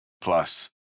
plus